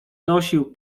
nosił